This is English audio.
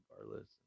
regardless